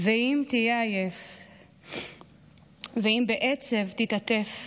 // ואם תהיה עייף / ואם בעצב תתעטף,